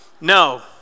No